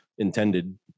intended